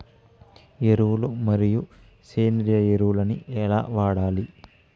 ఎరువులు మరియు సేంద్రియ ఎరువులని ఎలా వాడాలి?